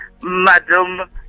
Madam